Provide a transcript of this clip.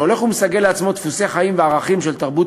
שהולך ומסגל לעצמו דפוסי חיים וערכים של תרבות